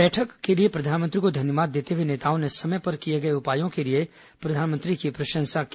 बैठक के लिये प्रधानमंत्री को धन्यवाद देते हुए नेताओं ने समय पर किये गये उपायों के लिए प्रधानमंत्री की प्रशंसा की